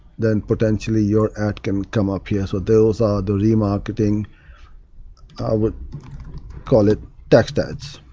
then potentially your ad can come up here. so those are the remarketing i would call it text ads,